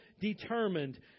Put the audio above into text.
determined